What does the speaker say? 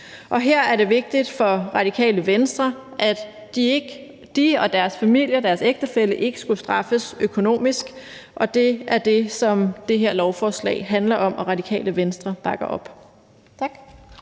her er det vigtigt for Radikale Venstre, at de og deres familier, deres ægtefæller, ikke skulle straffes økonomisk, og det er det, som det her lovforslag handler om. Og Radikale Venstre bakker op.